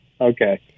Okay